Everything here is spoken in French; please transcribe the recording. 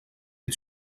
est